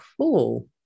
Cool